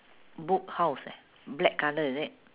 book house eh black colour is it